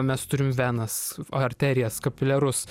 mes turim venas arterijas kapiliarus